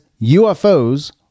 UFOs